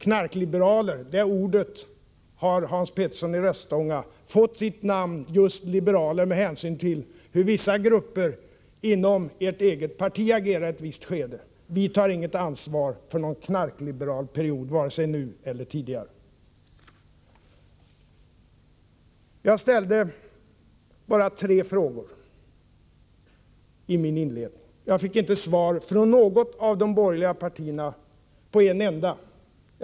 ”Knarkliberaler” — det ordet har, Hans Petersson i Röstånga, använts i detta sammanhang just på grund av agerandet i ett visst skede hos vissa grupper inom ert eget parti. Vi tar inget ansvar för någon knarkliberalperiod, vare sig nu eller tidigare. Jag ställde bara tre frågor i mitt inledningsanförande. Jag har inte fått svar från något av de borgerliga partierna på en enda fråga.